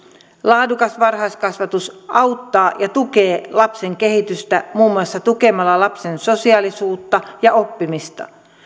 laadukas varhaiskasvatus auttaa ja tukee lapsen kehitystä muun muassa tukemalla lapsen sosiaalisuutta ja oppimista